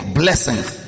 blessings